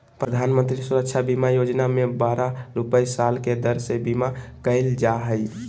प्रधानमंत्री सुरक्षा बीमा योजना में बारह रुपया साल के दर से बीमा कईल जा हइ